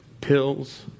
pills